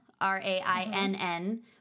R-A-I-N-N